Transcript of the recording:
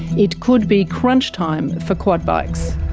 it could be crunch time for quad bikes.